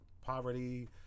poverty